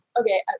Okay